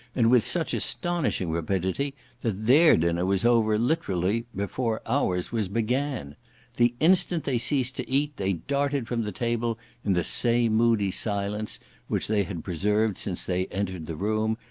and with such astonishing rapidity that their dinner was over literally before our's was began the instant they ceased to eat, they darted from the table in the same moody silence which they had preserved since they entered the room,